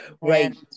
Right